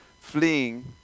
fleeing